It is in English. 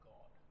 God